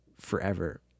forever